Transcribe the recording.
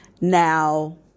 Now